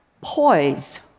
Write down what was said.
poise